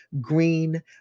green